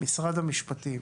משרד המשפטים,